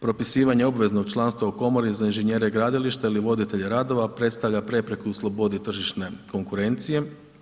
Propisivanje obveznog članstva u komoru za inženjera gradilišta ili voditelja radova predstavlja prepreku u slobodi tržišne konkurencije.